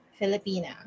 Filipina